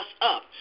up